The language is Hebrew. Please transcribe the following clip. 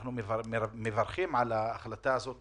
אנחנו מברכים על ההחלטה הזאת